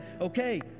okay